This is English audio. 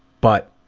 but